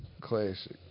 Classic